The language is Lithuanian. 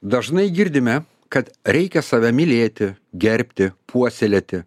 dažnai girdime kad reikia save mylėti gerbti puoselėti